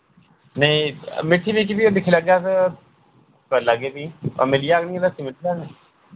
नेईं मिट्ठी मिकी फ्ही ओह् दिक्खी लैगे अस कर लैगे फ्ही वा मिली जाह्ग नी लस्सी मिली जाह्ग नि